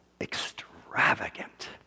extravagant